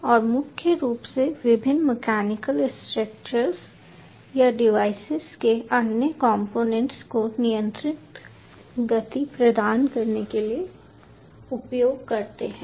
और मुख्य रूप से विभिन्न मैकेनिकल स्ट्रक्चर्स या डिवाइसेस के अन्य कंपोनेंट्स को नियंत्रित गति प्रदान करने के लिए उपयोग करते हैं